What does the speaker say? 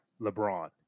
LeBron